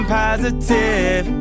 positive